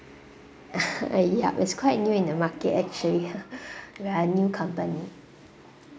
ya is quite new in the market actually we are new company